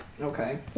Okay